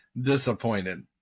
disappointed